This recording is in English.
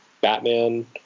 batman